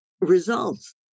results